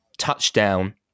touchdown